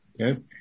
Okay